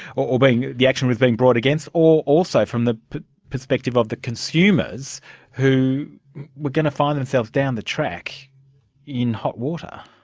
or or the action was being brought against, or also from the perspective of the consumers who were going to find themselves down the track in hot water?